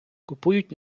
купують